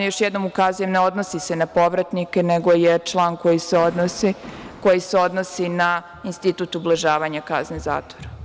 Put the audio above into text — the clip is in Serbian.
Još jednom ukazujem, ne odnosi se na povratnike, nego je član koji se odnosi na institut ublažavanja kazne zatvora.